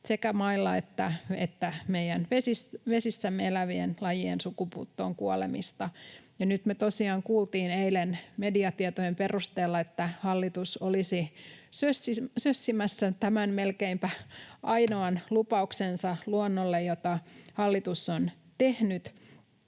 sekä maalla että meidän vesissämme elävien lajien sukupuuttoon kuolemista. Me tosiaan kuultiin eilen mediatietojen perusteella, että hallitus olisi sössimässä tämän melkeinpä ainoan lupauksensa luonnolle, jota hallitus on tehnyt.